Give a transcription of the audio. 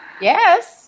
Yes